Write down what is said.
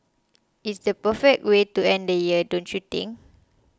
it's the perfect way to end year don't you think